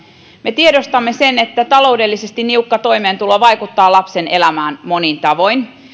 me tiedostamme sen että taloudellisesti niukka toimeentulo vaikuttaa lapsen elämään monin tavoin